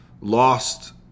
lost